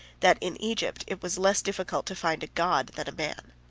that in egypt it was less difficult to find a god than a man.